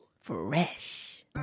Fresh